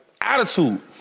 attitude